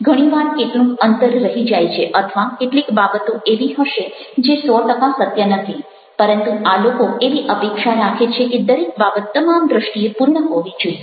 ઘણી વાર કેટલુંક અંતર રહી જાય છે અથવા કેટલીક બાબતો એવી હશે જે સો ટકા સત્ય નથી પરંતુ આ લોકો એવી અપેક્ષા રાખે છે કે દરેક બાબત તમામ દૃષ્ટિએ પૂર્ણ હોવી જોઈએ